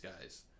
guys